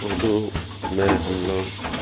اردو میں ہم لوگ